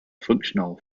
functional